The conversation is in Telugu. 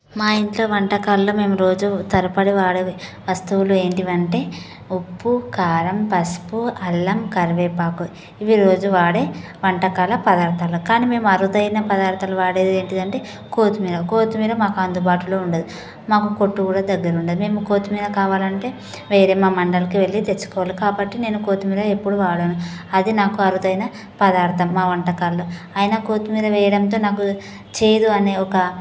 మా ఇంట్లో వంటకాల్లో మేము రోజు తరబడి వాడేవి వస్తువులు ఏంటి అంటే ఉప్పు కారం పసుపు అల్లం కరివేపాకు ఇవి రోజు వాడే వంటకాల పదార్థాలు కానీ మేము అరుదైన పదార్థాలు వాడేది ఏంటిదంటే కోతిమీర కోతిమీర మాకు అందుబాటులో ఉండదు మాకు కొట్టు కూడా దగ్గర ఉండదు మేము కొత్తిమీర కావాలంటే వేరే మండలకి వెళ్ళి తెచ్చుకోవాలి కాబట్టి నేను కొత్తిమీర ఎప్పుడు వాడను అది నాకు అరుదైన పదార్థం మా వంటకాలో అయినా కొత్తిమీర వేయడంతో నాకు చేదు అనే ఒక